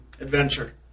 adventure